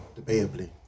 Debatably